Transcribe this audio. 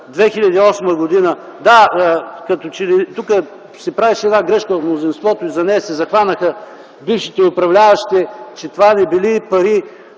2008 г. Да, като че ли тук се правеше грешка от мнозинството и за нея се захванаха бившите управляващи, че това не били пари